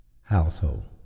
household